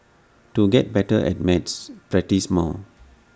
to get better at maths practise more